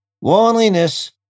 Loneliness